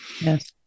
Yes